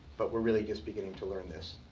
but we're really just beginning to learn this.